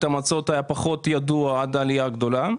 המועצות היה פחות ידוע עד העלייה הגדולה,